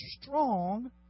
strong